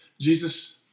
Jesus